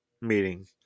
meeting